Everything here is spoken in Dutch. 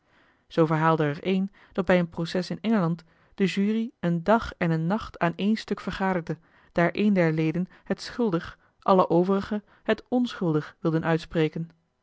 zoo verhaalde er één dat bij een proces in engeland de jury een dag en een nacht aan een stuk vergaderde daar een der leden het schuldig alle overige het onschuldig wilden uitspreken